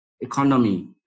economy